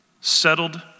Settled